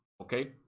Okay